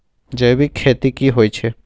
जैविक खेती की होए छै?